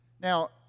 Now